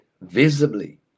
visibly